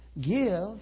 Give